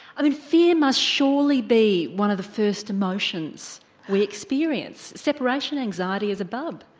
and and fear must surely be one of the first emotions we experience, separation anxiety as a bub?